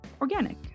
organic